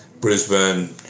Brisbane